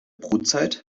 brutzeit